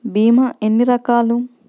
భీమ ఎన్ని రకాలు?